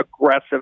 aggressive